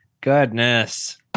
goodness